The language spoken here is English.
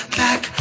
back